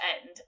end